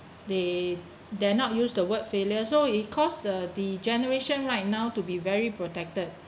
they they're not used to the word failure so it costs the generation right now to be very protected